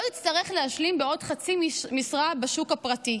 לא יצטרך להשלים בעוד חצי משרה בשוק הפרטי,